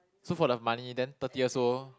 so for the money then thirty years old